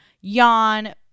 Yawn